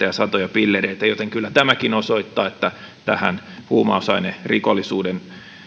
ja satoja pillereitä joten kyllä tämäkin osoittaa että tähän huumausainerikollisuuden